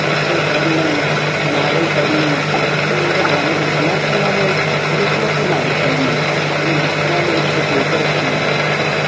ਕਿੱਸੇ ਪੜ੍ਹਨੇ ਨਾਵਲ ਪੜ੍ਹਨੇ ਜੇ ਵੱਡਿਆਂ ਨੇ ਰੋਕਣਾ ਤਾਂ ਉਹਨਾਂ ਨੇ ਲੁਕ ਲੁਕ ਕੇ ਨਾਵਲ ਪੜ੍ਹਨੇ ਆਪਣੇ ਬਿਸਤਰਿਆਂ ਦੇ ਵਿੱਚ ਲੁਕੋ ਕੇ ਰੱਖਣੇ ਨਾਵਲ